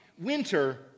Winter